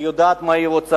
היא יודעת מה היא רוצה.